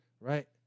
right